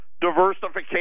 diversification